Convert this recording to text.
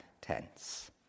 tense